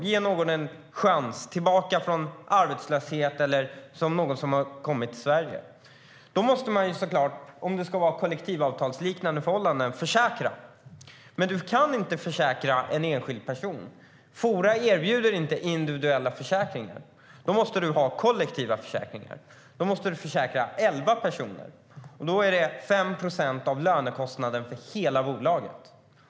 Man vill ge någon en chans att komma tillbaka från arbetslöshet eller ge någon som har kommit till Sverige en chans. Om det ska vara kollektivavtalsliknande förhållanden måste man såklart försäkra, men man kan inte försäkra en enskild person. Fora erbjuder inte individuella försäkringar. Då måste man ha kollektiva försäkringar. Då måste man försäkra elva personer, och då är det 5 procent av lönekostnaden för hela bolaget.